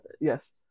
Yes